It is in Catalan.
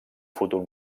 futur